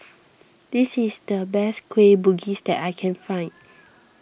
this is the best Kueh Bugis that I can find